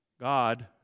God